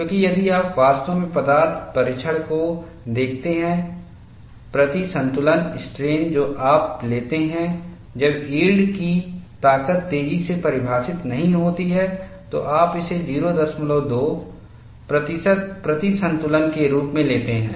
क्योंकि यदि आप वास्तव में पदार्थ परीक्षण को देखते हैं तो प्रतिसंतुलन स्ट्रेन जो आप लेते हैं जब यील्ड की ताकत तेजी से परिभाषित नहीं होती है तो आप इसे 02 प्रतिशत प्रतिसंतुलन के रूप में लेते हैं